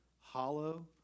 hollow